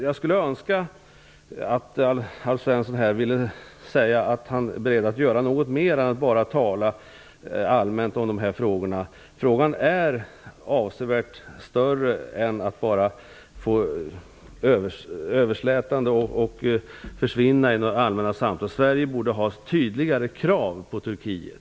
Jag skulle önska att Alf Svensson här ville säga att han är beredd att göra något mer än att bara tala allmänt om dessa frågor. Frågorna är för stora för att bara behandlas överslätande och försvinna genom allmänna samtal. Sverige borde ställa tydligare krav på Turkiet.